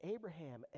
Abraham